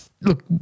Look